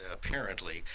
apparently,